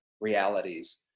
realities